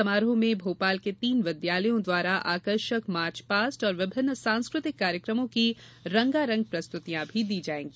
समारोह में भोपाल के तीन विद्यालयों द्वारा आकर्षक मार्च पास्ट और विभिन्न सांस्कृतिक कार्यक्रमों की रंगा रंग प्रस्तुतियाँ भी दी जायेंगी